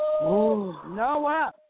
Noah